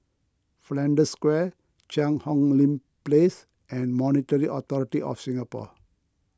Flanders Square Cheang Hong Lim Place and Monetary Authority of Singapore